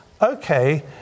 okay